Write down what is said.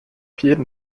jeden